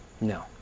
no